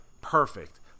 perfect